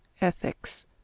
Ethics